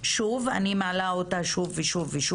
אני מעלה אותה שוב ושוב,